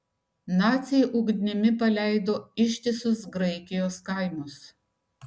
naciai ugnimi paleido ištisus graikijos kaimus